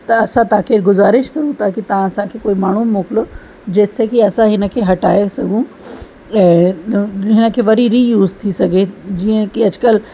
त असां तव्हांखे गुज़ारिश कयूं था की तव्हां असांखे कोई माण्हू मोकिलो जेसि ते की असां हिन खे हटाए सघूं ऐं हिन खे वरी रियूज़ थी सघे जीअं की अॼुकल्ह